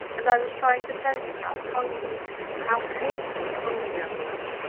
and i was trying to tell you how hungry how hatefully hungry i was,